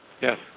Yes